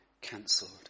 cancelled